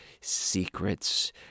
secrets